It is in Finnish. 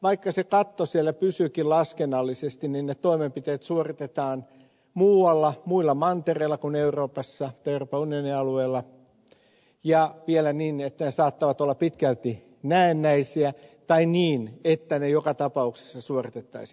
vaikka se katto siellä pysyykin laskennallisesti niin toimenpiteet suoritetaan muualla muilla mantereilla kuin euroopan unionin alueella ja vielä niin että ne saattavat olla pitkälti näennäisiä tai niin että ne joka tapauksessa suoritettaisiin